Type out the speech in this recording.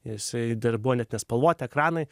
jisai dar buvo net nespalvoti ekranai